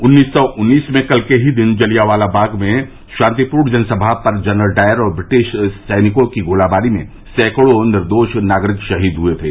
उन्नीस सौ उन्नीस में कल के ही दिन जलियांवाला बाग में शांतिपूर्ण जनसभा पर जनरल डायर और ब्रिटिश सैनिकों की गोलीबारी में सैंकड़ों निर्दोष नागरिक शहीद हुए थे